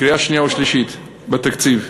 בקריאה שנייה ושלישית על התקציב,